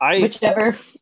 whichever